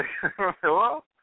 Hello